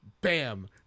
bam